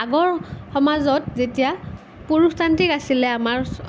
আগৰ সমাজত যেতিয়া পুৰুষতান্ত্ৰিক আছিলে আমাৰ